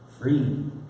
free